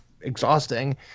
exhausting